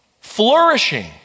Flourishing